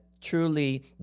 truly